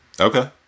Okay